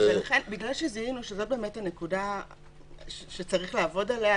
בגלל שזיהינו שזאת הנקודה שצריך לעבוד עליה,